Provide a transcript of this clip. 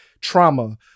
trauma